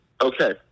okay